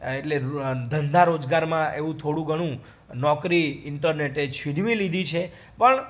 એટલે ધંધા રોજગારમાં એવું થોળું ઘણું નોકરી ઈન્ટરનેટે છીનવી લીધી છે પણ